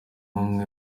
n’umwe